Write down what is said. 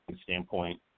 standpoint